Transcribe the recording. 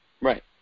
Right